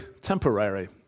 temporary